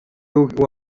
lur